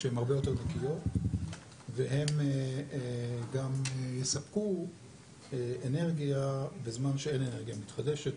שהן הרבה יותר נקיות והן גם יספקו אנרגיה בזמן שאין אנרגיה מתחדשת.